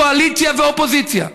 קואליציה ואופוזיציה,